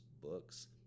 books